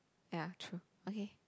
ya true okay